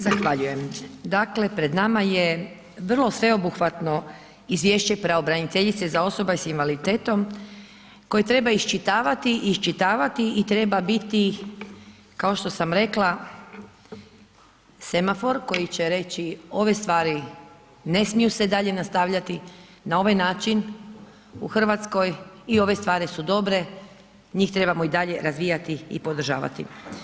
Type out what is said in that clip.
Zahvaljujem, dakle pred nama je vrlo sveobuhvatno izvješće pravobraniteljice za osobe s invaliditetom, koje treba iščitavati i iščitavati i treba biti kao što sam rekla, semafor koji će reći, ove stvari ne smiju se dalje nastavljati na ovaj način u Hrvatskoj i ove stvari su dobre, njih trebamo i dalje razvijati i podržavati.